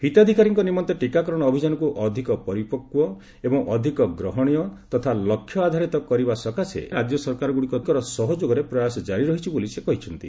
ହିତାଧିକାରୀଙ୍କ ନିମନ୍ତେ ଟିକାକରଣ ଅଭିଯାନକୁ ଅଧିକ ପରିପକ୍ୱ ଏବଂ ଅଧିକ ଗ୍ରହଣୀୟ ତଥା ଲକ୍ଷ ଆଧାରିତ କରିବା ସକାଶେ ରାଜ୍ୟ ସରକାରଗୁଡ଼ିକର ସହଯୋଗରେ ପ୍ରୟାସ ଜାରି ରହିଛି ବୋଲି ସେ କହିଛନ୍ତି